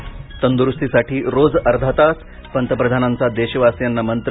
तंदुरुस्तीसाठी रोज अर्धा तास पंतप्रधानांचा देशवासियांना मंत्र